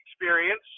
experience